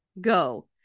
Go